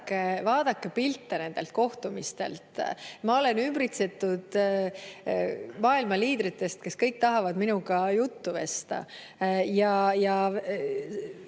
vaadake pilte nendelt kohtumistelt. Ma olen ümbritsetud maailma liidritest, kes kõik tahavad minuga juttu vesta. Kas